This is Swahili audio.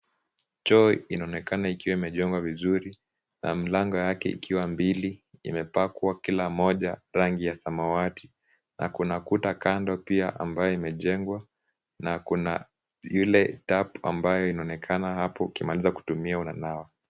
Choo inaonekana ikiwa imejengwa vizuri na mlango yake ikiwa mbili, imepakwa kila moja rangi ya samawati na kuna kuta kando pia ambayo imejengwa na kuna ile tap ambayo inaonekana hapo, ukimaliza kutumia unanawa.